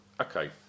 okay